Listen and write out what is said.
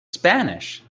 spanish